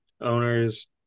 Owners